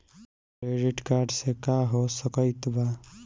Credit card से का हो सकइत बा?